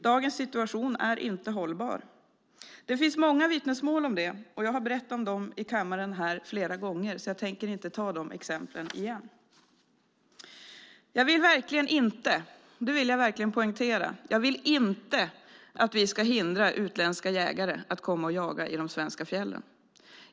Dagens situation är inte hållbar. Det finns många vittnesmål om det, och jag har berättat om dem i kammaren flera gånger och tänker därför inte ta dessa exempel igen. Jag vill verkligen inte - det vill jag verkligen poängtera - att vi ska hindra utländska jägare att komma och jaga i de svenska fjällen.